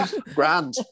Grand